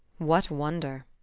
what wonder?